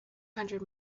hundred